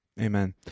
Amen